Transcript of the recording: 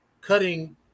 cutting